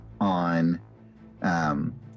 on